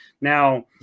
Now